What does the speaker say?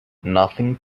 nothing